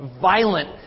violent